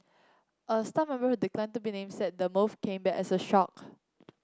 a staff member who declined to be named said the move came as a shock